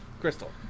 Crystal